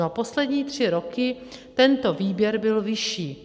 No a poslední tři roky tento výběr byl vyšší.